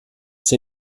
sie